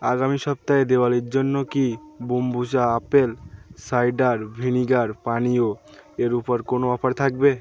আগামী সপ্তাহে দিওয়ালির জন্য কি বোম্বুচা আপেল সাইডার ভিনিগার পানীয় এর উপর কোনো অফার থাকবে